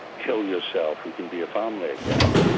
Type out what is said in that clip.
kill yourself, we can be a family again.